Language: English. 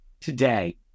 today